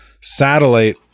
satellite